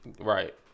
Right